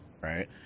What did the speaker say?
right